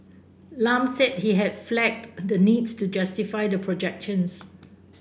Lam said he had flagged the need to justify the projections